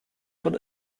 von